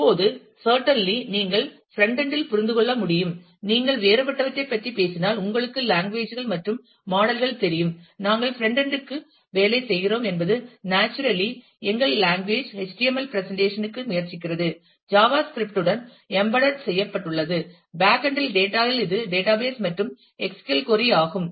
இப்போது சர்ட்டன்லி நீங்கள் பிரண்ட்எண்ட் இல் புரிந்து கொள்ள முடியும் நீங்கள் வேறுபட்டவற்றைப் பற்றி பேசினால் உங்களுக்கு லாங்குவேஜ் கள் மற்றும் மாடல் கள் தெரியும் நாங்கள் ஃபிரான்டெண்டிற்குள் வேலை செய்கிறோம் என்பது நேச்சுரலி எங்கள் லாங்குவேஜ் HTML பிரசெண்டேஷன் க்கு முயற்சிக்கிறது ஜாவா ஸ்கிரிப்டுடன் java script எம்பெட்டட் செய்யப்பட்டுள்ளது பேக் எண்ட் இல் டேட்டா இல் இது டேட்டாபேஸ் மற்றும் SQL கொறி ஆகும்